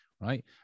right